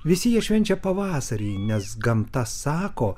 visi jie švenčia pavasarį nes gamta sako